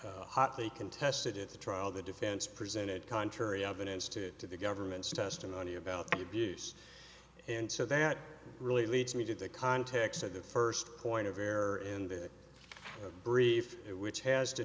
hotly contested at the trial the defense presented contrary evidence to the government's testimony about the abuse and so that really leads me to the context of the first point of error in the brief which has to